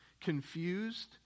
confused